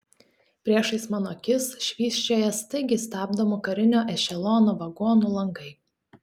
priešais mano akis švysčioja staigiai stabdomo karinio ešelono vagonų langai